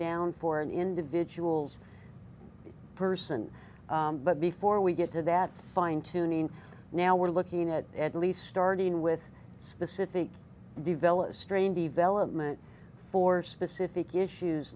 down for an individual's person but before we get to that fine tuning now we're looking at at least starting with specific developed strain development for specific issues